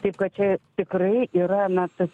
taip kad čia tikrai yra na tas